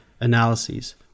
analyses